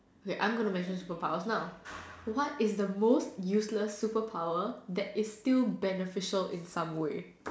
okay I'm gonna mention super powers now what is the most useless super power that is still beneficial in some way